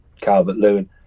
Calvert-Lewin